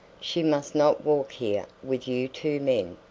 she must not walk here with you two men.